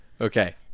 Okay